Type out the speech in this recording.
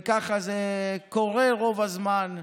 וכך זה קורה רוב הזמן,